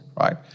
right